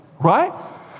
Right